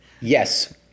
Yes